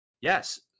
yes